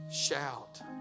shout